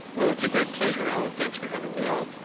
well it's a great pleasure, alan, thanks for having me on.